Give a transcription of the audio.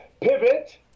pivot